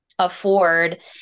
afford